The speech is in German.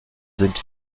sind